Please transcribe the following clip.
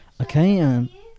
Okay